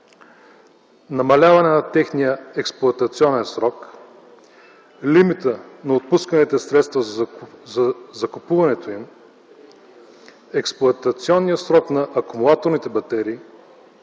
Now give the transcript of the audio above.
намаляване на техния експлоатационен срок, лимитът на отпусканите средства за закупуването им, експлоатационния срок на акумулаторните батерии,